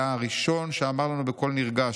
היה הראשון שאמר לנו בקול נרגש: